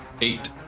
Eight